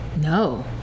No